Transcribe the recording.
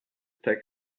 text